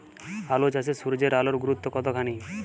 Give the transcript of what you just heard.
আলু চাষে সূর্যের আলোর গুরুত্ব কতখানি?